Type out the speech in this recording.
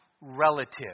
relative